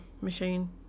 machine